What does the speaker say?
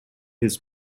his